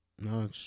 no